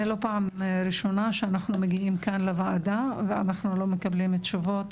זה לא פעם ראשונה שאנחנו מגיעים כאן לוועדה ואנחנו לא מקבלים תשובות,